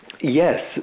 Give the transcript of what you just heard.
Yes